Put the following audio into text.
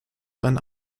sein